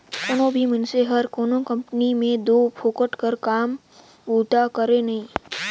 कोनो भी मइनसे हर कोनो कंपनी में दो फोकट कर काम बूता करे नई